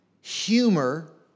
humor